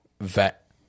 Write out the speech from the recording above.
vet